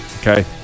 Okay